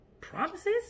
promises